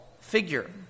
figure